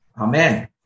Amen